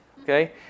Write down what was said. Okay